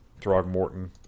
Throgmorton